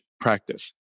practice